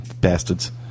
Bastards